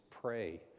pray